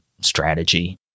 strategy